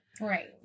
Right